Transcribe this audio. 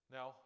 Now